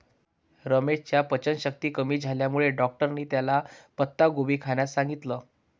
रमेशच्या पचनशक्ती कमी झाल्यामुळे डॉक्टरांनी त्याला पत्ताकोबी खाण्यास सांगितलं